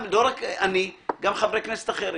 לא רק אני, גם חברי כנסת אחרים,